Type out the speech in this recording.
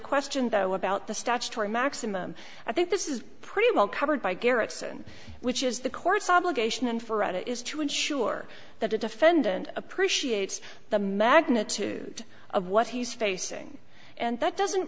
question though about the statutory maximum i think this is pretty well covered by gerritsen which is the court's obligation infrared is to ensure that the defendant appreciates the magnitude of what he's facing and that doesn't